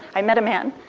i met a man.